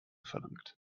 verlangt